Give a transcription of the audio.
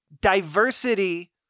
diversity